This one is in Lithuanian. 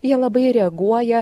jie labai reaguoja